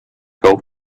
gulf